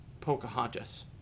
Pocahontas